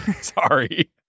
Sorry